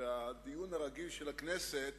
כשבדיון הרגיל של הכנסת